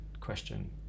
question